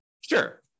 Sure